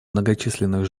многочисленных